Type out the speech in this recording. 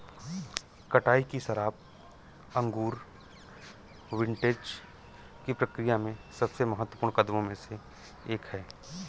कटाई की शराब अंगूर विंटेज की प्रक्रिया में सबसे महत्वपूर्ण कदमों में से एक है